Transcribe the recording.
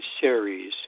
series